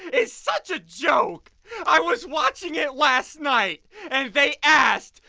it's such a joke i was watching it last night and they asked,